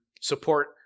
support